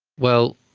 well,